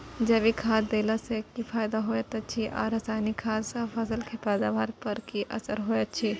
जैविक खाद देला सॅ की फायदा होयत अछि आ रसायनिक खाद सॅ फसल के पैदावार पर की असर होयत अछि?